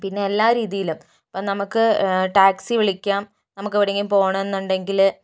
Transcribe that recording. പിന്നെ എല്ലാ രീതിയിലും ഇപ്പോൾ നമുക്ക് ടാക്സി വിളിക്കാം നമുക്ക് എവിടെയെങ്കിലും പോകണമെന്നുണ്ടെങ്കിൽ